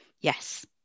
yes